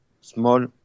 small